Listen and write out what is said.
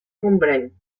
gombrèn